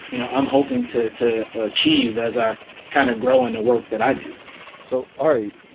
you know, i'm hoping to to achieve as i kind of grow in a work that i do so, ari,